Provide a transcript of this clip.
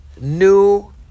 new